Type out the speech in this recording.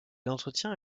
entretient